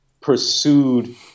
pursued